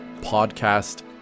podcast